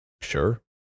Sure